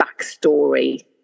backstory